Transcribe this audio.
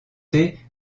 thé